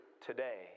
today